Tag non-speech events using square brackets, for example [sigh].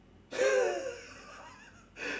[laughs]